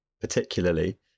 particularly